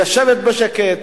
לשבת בשקט.